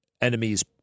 enemies